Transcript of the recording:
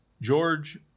George